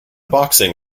boxing